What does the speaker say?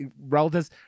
relatives